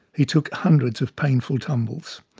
he took hundreds of painful tumbles.